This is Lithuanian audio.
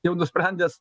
jau nusprendęs